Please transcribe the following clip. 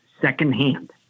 secondhand